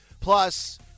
Plus